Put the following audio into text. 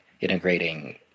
integrating